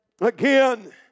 again